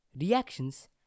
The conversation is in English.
reactions